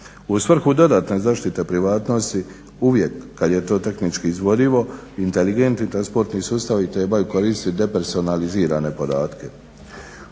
U svrhu dodatne zaštite privatnosti uvijek kad je to tehnički izvodivo, inteligentni transportni sustavi trebaju koristit depersonalizirane podatke.